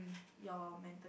your mental